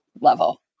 level